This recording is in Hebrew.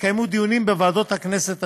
התקיימו דיונים בוועדות הכנסת השונות.